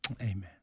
Amen